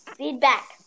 Feedback